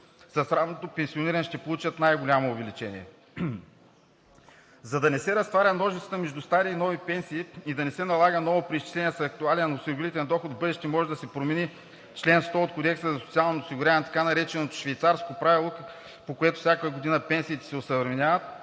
с ранното пенсиониране ще получат най-голямо увеличение. За да не се разтваря ножицата между стари и нови пенсии и да не се налага ново преизчисление с актуален осигурителен доход, в бъдеще може да се промени чл. 100 от Кодекса за социалното осигуряване, така нареченото швейцарско правило, по което всяка година пенсиите се осъвременяват,